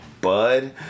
bud